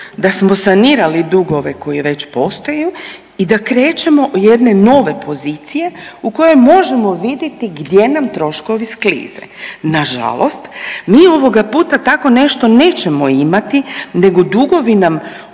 da smo sanirali dugove koji već postoje i da krećemo od jedne nove pozicije u kojoj možemo vidjeti gdje nam troškovi sklize. Nažalost mi ovoga puta tako nešto nećemo imati nego dugovi nam ostaju,